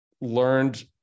learned